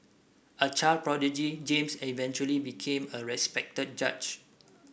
a child prodigy James eventually became a respected judge